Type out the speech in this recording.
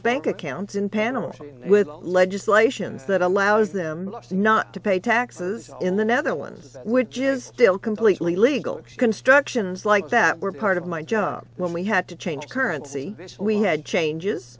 bank accounts in panama with legislations that allows them not to pay taxes in the netherlands which is still completely legal constructions like that were part of my job when we had to change currency wish we had changes